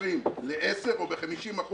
מ-20 ל-10, או ב-50%,